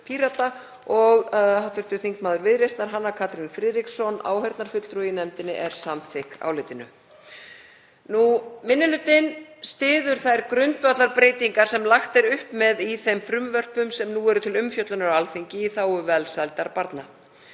og hv. þingmaður Viðreisnar, Hanna Katrín Friðriksson, áheyrnarfulltrúi í nefndinni, er samþykk álitinu. Minni hlutinn styður þær grundvallarbreytingar sem lagt er upp með í þeim frumvörpum sem nú eru til umfjöllunar á Alþingi í þágu velsældar barna.